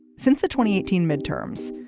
since the twenty eighteen midterms,